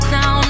Now